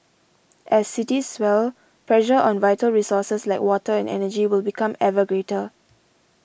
as cities swell pressure on vital resources like water and energy will become ever greater